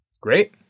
Great